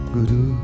Guru